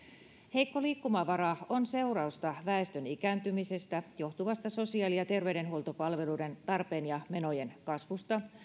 heikko liikkumavara on seurausta väestön ikääntymisestä johtuvasta sosiaali ja terveydenhuoltopalveluiden tarpeen ja menojen kasvusta